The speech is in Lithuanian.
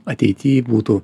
ateity būtų